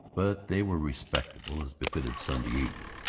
but they were respectable, as befitted sunday evening.